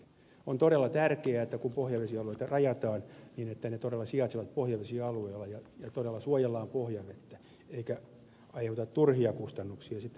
on todella tärkeää kun pohjavesialueita rajataan että ne todella sijaitsevat pohjavesialueella ja todella suojellaan pohjavettä eikä aiheuteta turhia kustannuksia sitten alueen asukkaille